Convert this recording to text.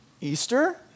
Easter